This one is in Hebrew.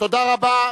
תודה רבה.